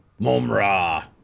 Mumra